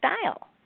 style